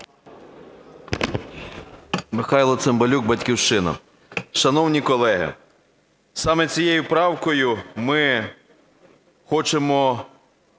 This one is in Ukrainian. Михайло Цимбалюк, "Батьківщина". Шановні колеги, саме цією правкою ми хочемо